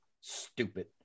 Stupid